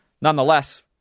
Nonetheless